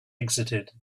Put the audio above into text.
exited